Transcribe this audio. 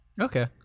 Okay